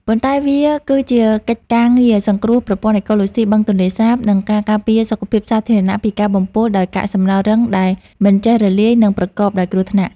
ប៉ុន្តែវាគឺជាកិច្ចការងារសង្គ្រោះប្រព័ន្ធអេកូឡូស៊ីបឹងទន្លេសាប និងការការពារសុខភាពសាធារណៈពីការបំពុលដោយកាកសំណល់រឹងដែលមិនចេះរលាយ និងប្រកបដោយគ្រោះថ្នាក់។